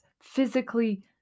physically